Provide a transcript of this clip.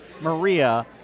Maria